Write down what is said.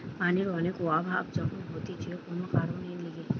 পানির অনেক অভাব যখন হতিছে কোন কারণের লিগে